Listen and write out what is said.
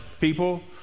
people